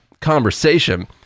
conversation